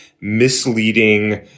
misleading